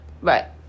Right